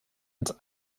ins